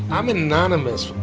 i'm an anonymous.